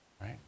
right